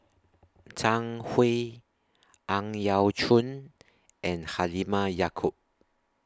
Zhang Hui Ang Yau Choon and Halimah Yacob